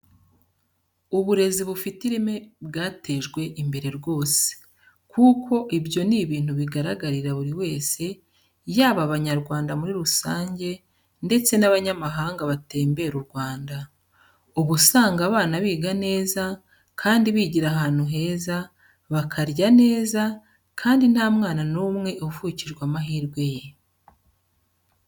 Uburezi bufite ireme bwatejwe imbere rwose, kuko ibyo ni ibintu bigaragarira buri wese yaba Abanyarwanda muri rusange ndetse n'abanyamahanga batemberera u Rwanda. Uba usanga abana biga neza kandi bigira ahantu heza, bakarya neza kandi nta mwana n'umwe uvukijwe amahirwe ye.